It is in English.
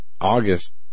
August